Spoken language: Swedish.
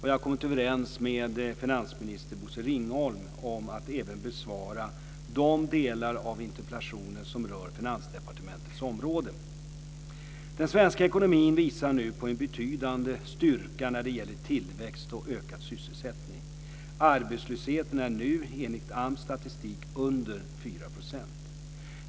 Jag har kommit överens med finansminister Bosse Ringholm om att även besvara de delar av interpellationen som rör Finansdepartementets område. Den svenska ekonomin visar nu på en betydande styrka när det gäller tillväxt och ökad sysselsättning. Arbetslösheten är nu enligt AMS statistik under 4 %.